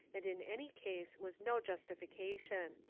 and in any case was no justification.